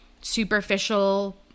superficial